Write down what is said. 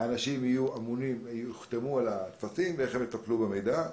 האנשים יוחתמו על הטפסים ואיך הם יטפלו במידע.